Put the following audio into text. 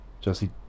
Jesse